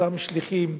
אותם שליחים,